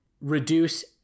reduce